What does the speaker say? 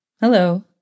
Hello